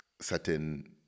certain